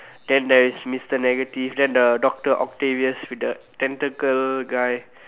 then there's is Mister negative then the doctor Octavius with the tentacle guy